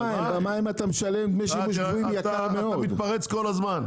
--- אתה עושה השוואות כל הזמן.